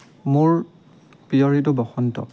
মোৰ প্ৰিয় ঋতু বসন্ত